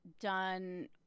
done